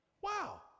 wow